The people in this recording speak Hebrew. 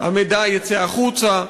המידע יצא החוצה.